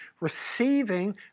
receiving